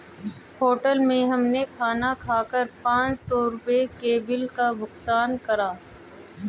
hotel में हमने खाना खाकर पाँच सौ रुपयों के बिल का भुगतान करा